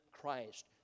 Christ